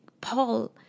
Paul